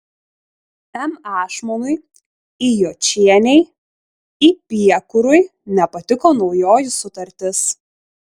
m ašmonui i jočienei i piekurui nepatiko naujoji sutartis